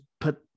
put